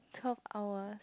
twelve hours